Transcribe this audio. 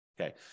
Okay